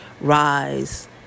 rise